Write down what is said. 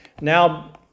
now